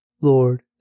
Lord